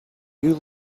you